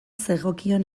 zegokion